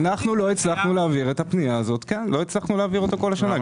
אנחנו לא הצלחנו להעביר את הפנייה הזאת במשך כל השנה.